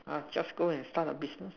I will just go and start the business